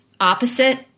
opposite